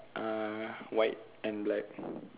uh white and black